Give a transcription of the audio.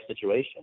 situation